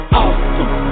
awesome